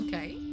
Okay